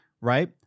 right